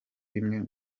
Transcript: bimwe